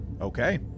Okay